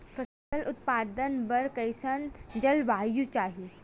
फसल उत्पादन बर कैसन जलवायु चाही?